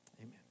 amen